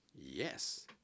Yes